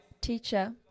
Teacher